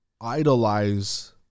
idolize